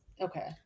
okay